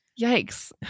yikes